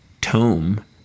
tome